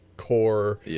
core